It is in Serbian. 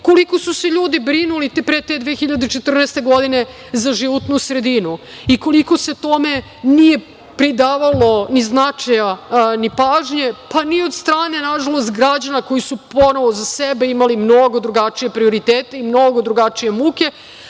koliko su se ljudi brinuli i pre te 2014. godine za životnu sredinu i koliko se tome nije pridavalo ni značaja ni pažnje ni od strane, nažalost, građana koji su ponovo za sebe imali mnogo drugačije prioritete i mnogo drugačije muke,